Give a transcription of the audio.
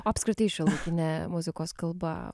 o apskritai šiuolaikinė muzikos kalba